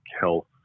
health